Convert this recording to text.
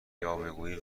یاوهگویی